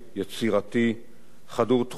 חדור תחושת שליחות ואחריות,